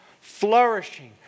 Flourishing